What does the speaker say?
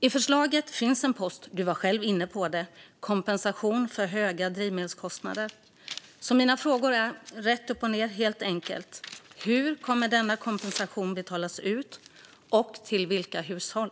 I förslaget finns en post gällande kompensation för höga drivmedelskostnader. Anders Ygeman var själv inne på det. Mina frågor är helt enkelt: Hur kommer denna kompensation att betalas ut, och till vilka hushåll?